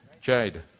Jade